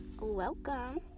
Welcome